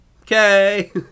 Okay